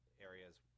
areas